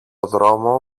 δρόμο